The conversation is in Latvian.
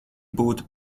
būtu